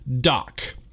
Doc